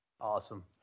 Awesome